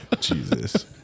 Jesus